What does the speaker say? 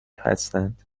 هستند